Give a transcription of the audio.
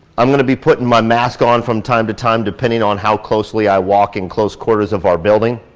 i'm gonna be putting my mask on from time to time depending on how closely i walk in close quarters of our building.